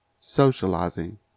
socializing